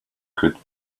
could